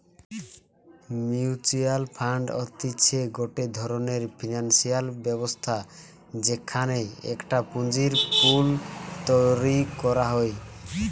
mutual fund হতিছে গটে ধরণের ফিনান্সিয়াল ব্যবস্থা যেখানে একটা পুঁজির পুল তৈরী করা হয়